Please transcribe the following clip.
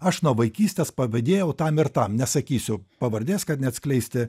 aš nuo vaikystės pavydėjau tam ir tam nesakysiu pavardės kad neatskleisti